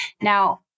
Now